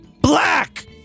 Black